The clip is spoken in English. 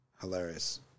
Hilarious